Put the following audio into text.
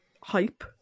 hype